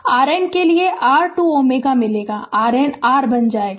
Refer Slide Time 1850 RN के लिए r 2 Ω मिलेगा RN r बन जाएगा